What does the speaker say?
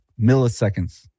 milliseconds